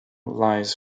lies